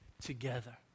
together